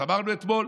אז אמרנו אתמול: